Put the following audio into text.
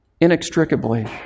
Inextricably